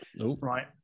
right